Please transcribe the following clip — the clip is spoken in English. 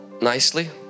nicely